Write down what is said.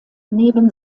neben